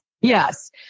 yes